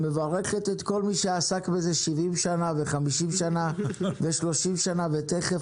מברכת את כל מי שעסק בזה 70 שנה ו-50 שנה ו-30 שנה ותיכף,